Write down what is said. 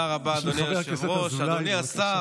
אני קובע כי הצעת החוק עברה והיא תועבר לדיון בוועדת הכלכלה.